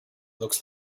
looks